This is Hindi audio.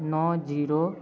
नौ जीरो